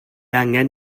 angen